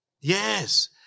Yes